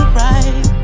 right